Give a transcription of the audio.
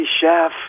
chef